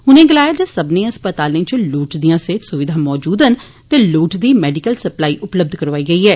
उने गलाया जे सब्बने अस्पतालें च लोडचदियां सेहत सुविघा मौजूद न ते लोडचदी मैडिकल सप्लाई उपलब्ध करोआई गेई ऐ